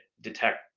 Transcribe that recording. detect